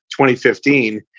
2015